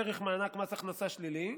דרך מענק מס הכנסה שלילי,